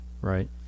right